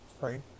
right